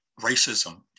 racism